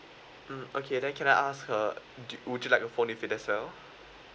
mm okay then can I ask uh do you would you like a phone with it as well